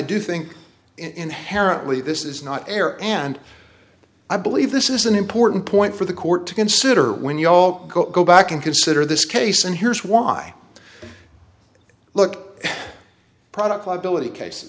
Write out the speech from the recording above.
do think inherently this is not air and i believe this is an important point for the court to consider when you all go back and consider this case and here's why look product liability cases